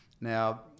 Now